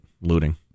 looting